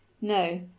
no